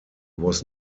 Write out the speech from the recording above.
was